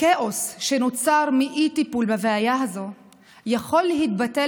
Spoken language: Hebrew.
הכאוס שנוצר מאי-טיפול בבעיה הזאת יכול להתבטא